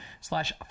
slash